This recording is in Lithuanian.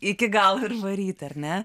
iki gal ir varyt ar ne